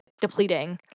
depleting